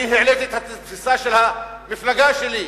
אני העליתי את התפיסה של המפלגה שלי,